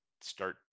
start